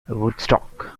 woodstock